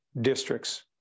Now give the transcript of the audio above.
districts